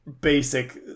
basic